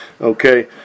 Okay